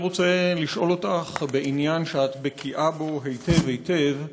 אני רוצה לשאול אותך בעניין שאת בקיאה בו היטב היטב,